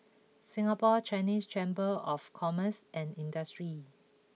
Singapore Chinese Chamber of Commerce and Industry